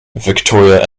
victoria